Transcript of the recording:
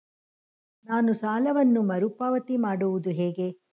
ನಾನು ಸಾಲವನ್ನು ಮರುಪಾವತಿ ಮಾಡುವುದು ಹೇಗೆ?